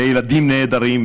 לילדים נהדרים,